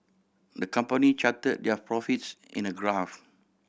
the company charted their profits in a graph